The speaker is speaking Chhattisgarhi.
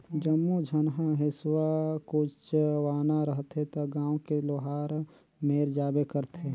जम्मो झन ह हेसुआ कुचवाना रहथे त गांव के लोहार मेर जाबे करथे